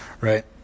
right